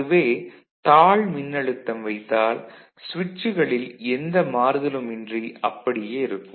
அதுவே தாழ் மின்னழுத்தம் வைத்தால் சுவிட்சுகளில் எந்த மாறுதலுமின்றி அப்படியே இருக்கும்